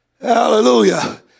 Hallelujah